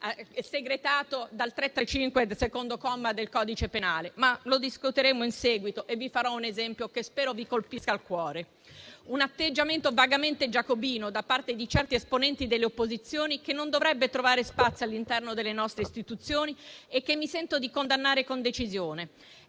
dell'articolo 335 del codice di procedura penale - lo discuteremo in seguito e vi farò un esempio che spero vi colpisca al cuore - ma c'è un atteggiamento vagamente giacobino da parte di certi esponenti delle opposizioni, che non dovrebbe trovare spazio all'interno delle nostre istituzioni e che mi sento di condannare con decisione.